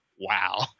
wow